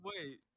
wait